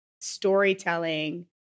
storytelling